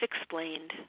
explained